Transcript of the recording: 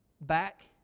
back